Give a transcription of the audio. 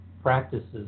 practices